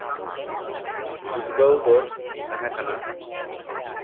ᱩᱫᱽᱜᱟᱹᱣ ᱫᱚ ᱛᱟᱦᱮᱸ ᱠᱟᱱᱟ